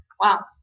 Wow